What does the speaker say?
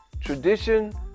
tradition